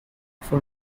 for